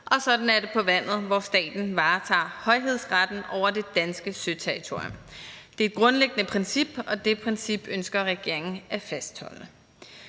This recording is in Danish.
og sådan er det på vandet, hvor staten varetager højhedsretten over det danske søterritorium. Det er et grundlæggende princip, og det princip ønsker regeringen at fastholde.